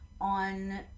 on